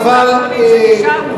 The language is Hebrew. אנחנו הציונים האחרונים שנשארו.